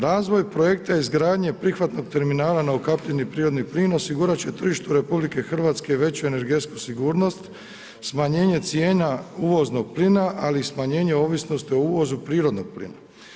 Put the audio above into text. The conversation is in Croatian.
Razvoj projekta izgradnje prihvatnog terminala na ukapljeni prirodni plin osigurat će tržištu RH veće energetsku sigurnost, smanjenje cijena uvoznog plina ali i smanjenje ovisnosti o uvozu prirodnog plina.